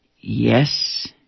Yes